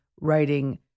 writing